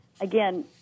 Again